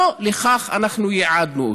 לא לכך ייעדנו אותו.